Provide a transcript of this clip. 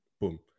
boom